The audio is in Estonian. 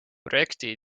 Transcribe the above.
projekti